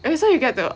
eh so we get the